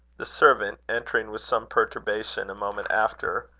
the servant entering with some perturbation a moment after,